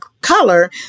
color